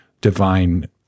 divine